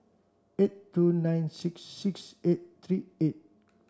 eight two nine six six eight three eight